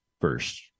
first